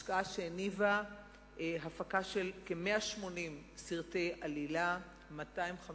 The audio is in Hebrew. השקעה שהניבה הפקה של כ-180 סרטי עלילה ו-250